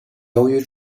由于